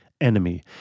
enemy